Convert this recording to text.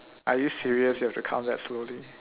are you serious you have to count that slowly